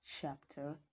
chapter